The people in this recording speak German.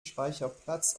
speicherplatz